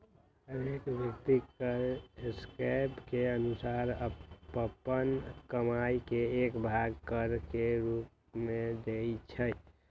हरेक व्यक्ति कर स्लैब के अनुसारे अप्पन कमाइ के एक भाग कर के रूप में देँइ छै